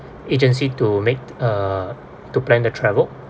agency to make uh to plan to travel